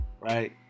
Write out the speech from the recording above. right